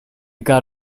got